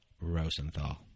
Rosenthal